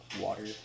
water